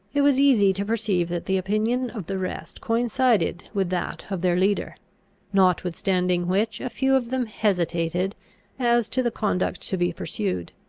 it was easy to perceive that the opinion of the rest coincided with that of their leader notwithstanding which a few of them hesitated as to the conduct to be pursued.